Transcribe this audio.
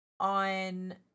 On